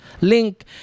link